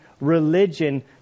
religion